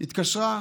התקשרה